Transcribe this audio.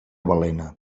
balena